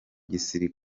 gisagara